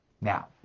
now